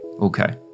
Okay